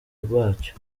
bacyo